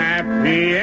Happy